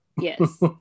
Yes